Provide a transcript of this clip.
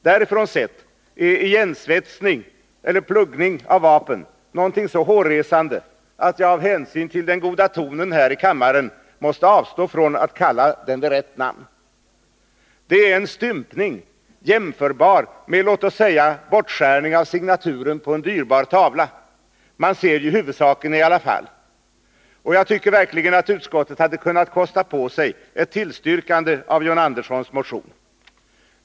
Därifrån sett är igensvetsning eller pluggning av vapen något så hårresande att jag av hänsyn till den goda tonen här i kammaren måste avstå från att kalla den vid rätt namn. Det är en stympning, jämförbar med låt oss säga bortskärning av signaturen på en dyrbar tavla — man ser ju huvudsaken i alla fall. Och jag tycker verkligen att utskottet hade kunnat kosta på sig ett tillstyrkande av John Anderssons motion.